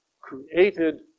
created